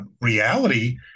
reality